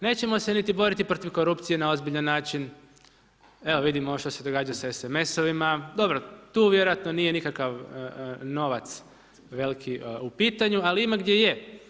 Nećemo se niti boriti protiv korupcije na ozbiljan način, evo vidimo ovo što se događa sa SMS-ovima, dobro, tu vjerojatno nije nikakav novac veliki u pitanju ali ima gdje je.